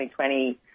2020